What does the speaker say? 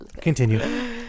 continue